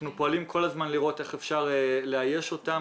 אנחנו פועלים כל הזמן לראות איך אפשר לאייש אותם.